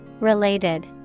related